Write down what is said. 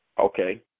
Okay